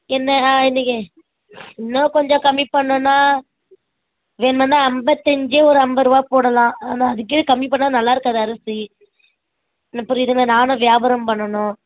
என்ன நீங்கள் இன்னும் கொஞ்சம் கம்மி பண்ணுன்னால் வேணுமென்னா ஐம்பத்தஞ்சி ஒரு ஐம்பது ரூவா போடலாம் ஆனால் அதுக்கு கீழே கம்மி பண்ணிணா நல்லாயிருக்காது அரிசி என்ன புரியுதுங்களா நானும் வியாபாரம் பண்ணணும்